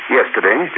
Yesterday